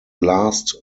last